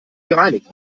gereinigt